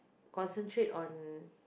concentrate on